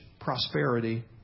prosperity